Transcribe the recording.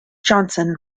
johnson